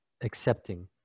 Accepting